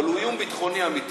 אבל הוא איום ביטחוני אמיתי,